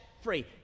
free